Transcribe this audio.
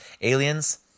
aliens